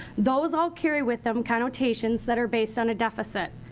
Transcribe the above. those all carry with them connotations that are based on a deficit.